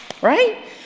right